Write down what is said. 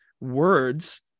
words